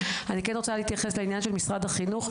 אני כן רוצה להתייחס לעניין של משרד החינוך.